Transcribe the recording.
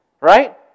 right